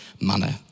manner